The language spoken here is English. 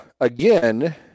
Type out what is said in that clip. again